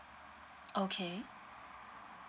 okay